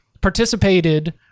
participated